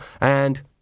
and